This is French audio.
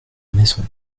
maison